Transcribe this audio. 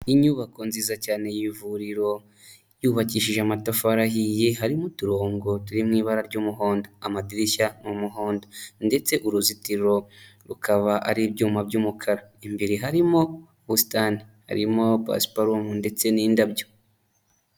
Inyubako nziza cyane y'ivuriro, yubakishije amatafari ahiye harimo uturongo turi mu ibara ry'umuhondo, amadirishya ni umuhondo ndetse uruzitiro rukaba ari ibyuma by'umukara, imbere harimo ubusitani harimo basiparumu ndetse n'indabyo.